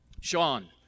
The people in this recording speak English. Sean